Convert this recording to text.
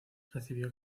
recibió